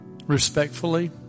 Respectfully